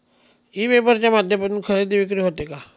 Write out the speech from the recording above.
E paper च्या माध्यमातून खरेदी विक्री होते का?